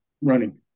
running